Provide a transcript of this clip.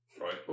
Right